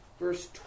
verse